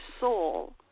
soul